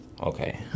Okay